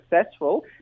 successful